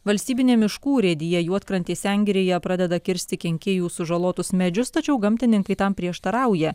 valstybinė miškų urėdija juodkrantės sengirėje pradeda kirsti kenkėjų sužalotus medžius tačiau gamtininkai tam prieštarauja